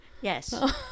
Yes